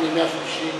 אחד מימי השלישי,